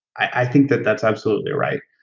i think that that's absolutely right,